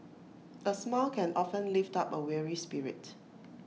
A smile can often lift up A weary spirit